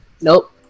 Nope